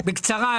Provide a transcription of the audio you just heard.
אני